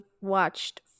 watched